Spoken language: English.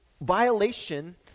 violation